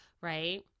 Right